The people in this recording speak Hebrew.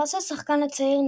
פרס השחקן הצעיר,